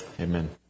Amen